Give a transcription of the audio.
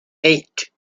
eight